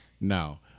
No